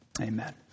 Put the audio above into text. amen